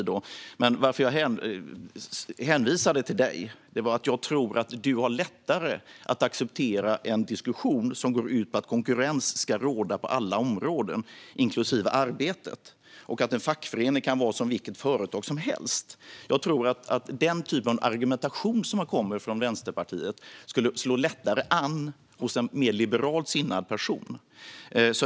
Men anledningen till att jag hänvisade till dig var att jag tror att du har lättare att acceptera en diskussion som går ut på att konkurrens ska råda på alla områden, inklusive arbetet, och att en fackförening kan vara som vilket företag som helst. Jag tror att den typen av argumentation som kommer från Vänsterpartiet lättare skulle slå an hos en mer liberalt sinnad person.